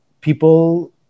people